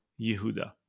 Yehuda